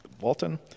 Walton